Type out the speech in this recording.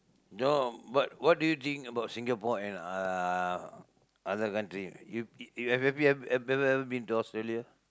no but what do you think about Singapore and uh other country you have have have have have you ever been to Australia